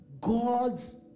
God's